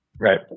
Right